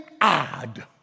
odd